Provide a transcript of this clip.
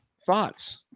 Thoughts